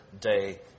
day